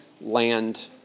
land